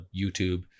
YouTube